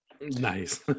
Nice